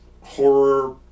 horror